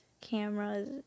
cameras